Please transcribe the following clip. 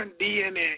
DNA